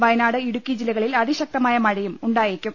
വയനാട് ഇടുക്കി ജില്ലകളിൽ അതിശക്തമായ മഴയും ഉണ്ടായേക്കും